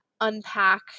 unpack